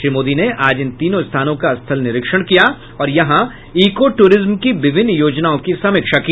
श्री मोदी ने आज इन तीनों स्थानों का स्थल निरीक्षण किया और यहां इको ट्रिज्म की विभिन्न योजनाओं की समीक्षा की